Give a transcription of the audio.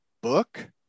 book